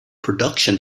production